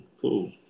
cool